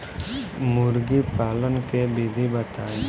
मुर्गी पालन के विधि बताई?